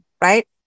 right